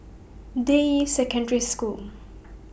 Deyi Secondary School